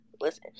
listen